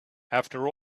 after